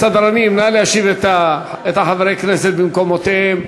הסדרנים, נא להושיב את חברי הכנסת במקומותיהם.